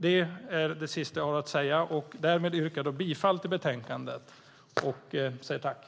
Detta var det sista jag hade att säga i det här ärendet. Därmed yrkar jag bifall till utskottets förslag till beslut.